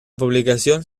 publicación